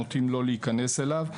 נוטים לא להיכנס אליו.